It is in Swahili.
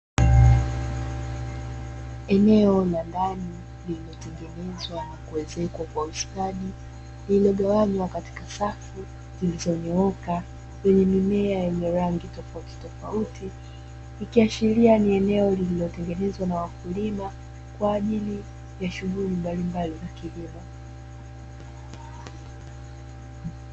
Eneo la ndani lililotengenezwa na kuezekwa kwa ustadi lililogawanywa katika safu zilizonyooka zenye mimea yenye rangi tofautitofauti, ikiashiria ni eneo lililotengenezwa na wakulima kwa ajili ya shughuli mbalimbali za kilimo.